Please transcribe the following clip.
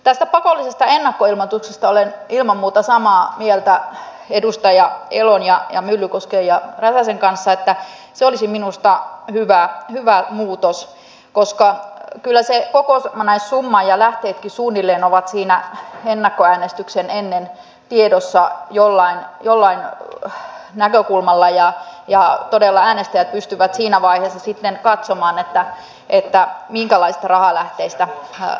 tästä pakollisesta ennakkoilmoituksesta olen ilman muuta samaa mieltä edustaja elon ja myllykosken ja räsäsen kanssa että se olisi minusta hyvä muutos koska kyllä se kokonaissumma ja lähteetkin suunnilleen ovat siinä ennen ennakkoäänestyksiä tiedossa jollain näkökulmalla ja todella äänestäjät pystyvät siinä vaiheessa sitten katsomaan minkälaisista rahalähteistä tämä edustaja rahansa saa